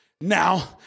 now